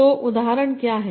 तो उदाहरण क्या है